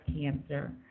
Cancer